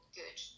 good